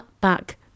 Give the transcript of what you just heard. Back